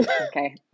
Okay